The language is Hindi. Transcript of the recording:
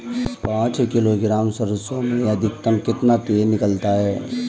पाँच किलोग्राम सरसों में अधिकतम कितना तेल निकलता है?